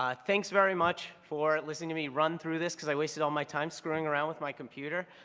ah thanks very much for listening to me run through this because i wasted all my time screwing around with my computer.